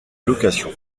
location